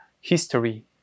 history